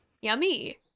Yummy